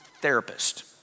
Therapist